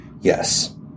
Yes